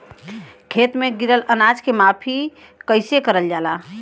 खेत में गिरल अनाज के माफ़ी कईसे करल जाला?